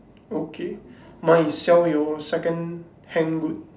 okay mine is sell your second-hand good